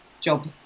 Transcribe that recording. job